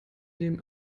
dem